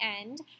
end